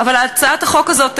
אבל הצעת החוק הזאת,